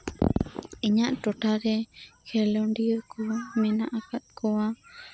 ᱤᱧᱟᱜ ᱴᱚᱴᱷᱟᱨᱮ ᱠᱷᱮᱞᱳᱰᱤᱭᱟᱹ ᱠᱚᱦᱚ ᱢᱮᱱᱟᱜ ᱟᱠᱟᱫᱠᱚᱣᱟ